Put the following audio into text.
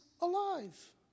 alive